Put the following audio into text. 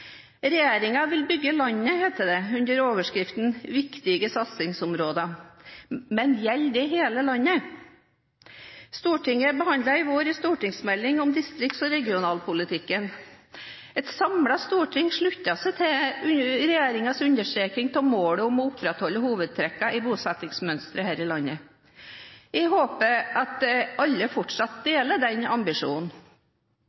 vil bygge landet», heter det under overskriften «Viktige satsingsområder», men gjelder det hele landet? Stortinget behandlet i vår en stortingsmelding om distrikts- og regionalpolitikken. Et samlet storting sluttet seg til regjeringens understreking av målet om å opprettholde hovedtrekkene i bosettingsmønsteret her i landet. Jeg håper at alle fortsatt deler den